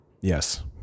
Yes